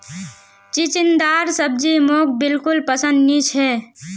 चिचिण्डार सब्जी मोक बिल्कुल पसंद नी छ